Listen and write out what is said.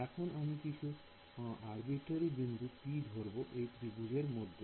এখন আমি কিছু আর্বিত্রারি বিন্দু p ধরবো এই ত্রিভুজ এর মধ্যে